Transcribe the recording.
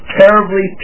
terribly